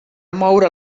moure